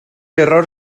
error